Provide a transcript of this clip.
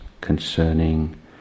concerning